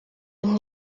nti